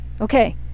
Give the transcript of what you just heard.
Okay